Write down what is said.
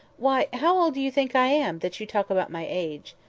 why, how old do you think i am, that you talk about my age?